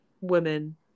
women